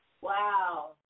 Wow